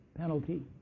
penalty